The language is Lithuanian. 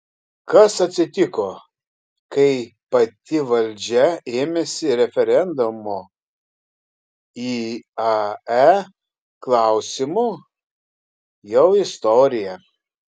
kas atsitiko kai pati valdžia ėmėsi referendumo iae klausimu jau istorija